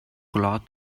cloth